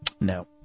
No